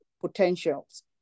potentials